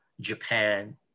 japan